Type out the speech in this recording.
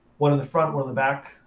one on the front, one on the back.